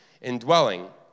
indwelling